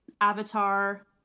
avatar